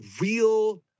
real